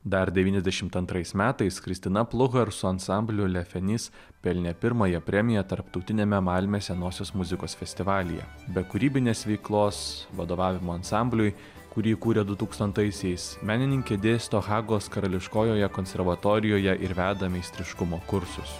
dar devyniasdešimt antrais metais kristina pluhar su ansambliu lefenis pelnė pirmąją premiją tarptautiniame malmės senosios muzikos festivalyje be kūrybinės veiklos vadovavimo ansambliui kurį kūrė du tūkstantaisiais menininkė dėsto hagos karališkojoje konservatorijoje ir veda meistriškumo kursus